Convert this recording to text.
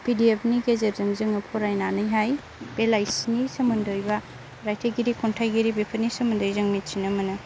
PDF नि गेजेरजों जोङो फरायनानैहाय बे लाइसिनि सोमोन्दै एबा रायथाइगिरि खन्थाइगिरि बेफोरनि सोमोन्दै जों मिथिनो मोनो